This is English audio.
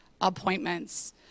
appointments